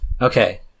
Okay